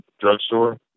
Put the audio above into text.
drugstore